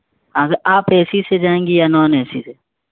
آپ آپ A C جائیں گی یا نان اے سی سے